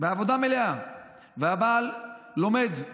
במשרה מלאה והבעל לומד,